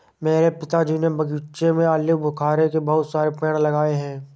मेरे पिताजी ने बगीचे में आलूबुखारे के बहुत सारे पेड़ लगाए हैं